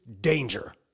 danger